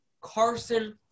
Carson